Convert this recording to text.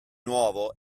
nuoto